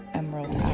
emerald